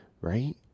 Right